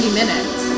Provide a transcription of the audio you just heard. minutes